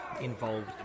involved